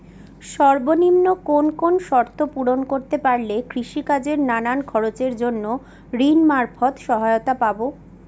সর্বনিম্ন কোন কোন শর্ত পূরণ করতে পারলে কৃষিকাজের নানান খরচের জন্য ঋণ মারফত সহায়তা পাব?